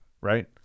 Right